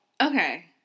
Okay